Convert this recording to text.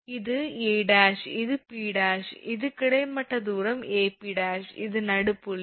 இது 𝐴′ இது 𝑃 ′ அது கிடைமட்ட தூரம் 𝐴𝑃′ இது நடுப் புள்ளி